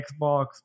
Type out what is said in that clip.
Xbox